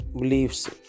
beliefs